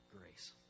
grace